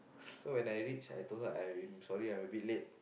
so when I reach I told her I'm sorry I'm a bit late